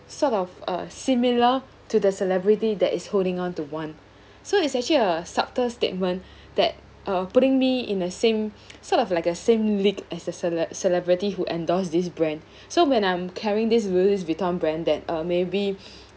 sort of uh similar to the celebrity that is holding on to one so it's actually a subtle statement that uh putting me in a same sort of like a same lead as a cele~ celebrity who endorsed this brand so when I'm carrying this louis vuitton brand then uh maybe